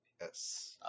Yes